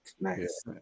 Nice